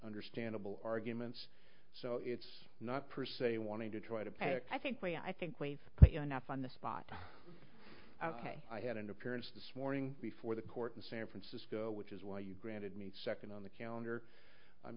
understandable arguments so it's not per se wanting to try to pick i think way i think wave but you know not find the spot ok i had an appearance this morning before the court in san francisco which is why you granted me a second on the calendar i'm